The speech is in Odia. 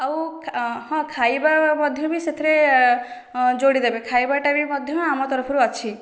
ଆଉ ହଁ ଖାଇବା ମଧ୍ୟ ବି ସେଥିରେ ଯୋଡ଼ିଦେବେ ଖାଇବାଟା ବି ମଧ୍ୟ ଆମ ତରଫରୁ ଅଛି